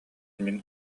мин